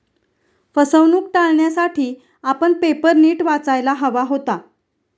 फसवणूक टाळण्यासाठी आपण पेपर नीट वाचायला हवा होता